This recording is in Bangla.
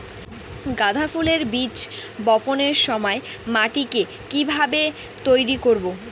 গাদা ফুলের বীজ বপনের সময় মাটিকে কিভাবে তৈরি করব?